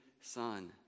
son